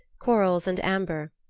corals and amber,